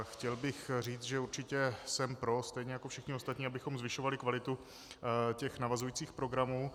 Chtěl bych říct, že určitě jsem pro, stejně jako všichni ostatní, abychom zvyšovali kvalitu těch navazujících programů.